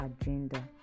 agenda